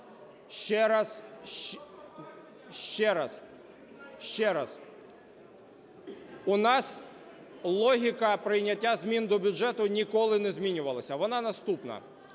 Ще раз, ще раз... У нас логіка прийняття змін до бюджету ніколи не змінювалася, вона наступна.